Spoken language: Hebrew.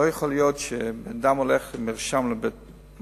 לא יכול להיות שאדם הולך עם מרשם לבית-מרקחת,